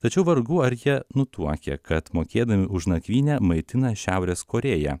tačiau vargu ar jie nutuokia kad mokėdami už nakvynę maitina šiaurės korėją